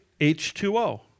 H2O